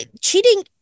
cheating